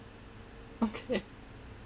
okay